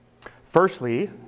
Firstly